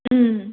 ओम